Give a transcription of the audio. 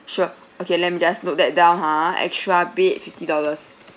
sure okay let me just note that down ha extra bed fifty dollars